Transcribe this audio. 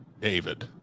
David